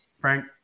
Frank